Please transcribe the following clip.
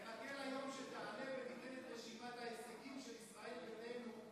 אני מחכה ליום שתעלה ותיתן את רשימת ההישגים של ישראל ביתנו.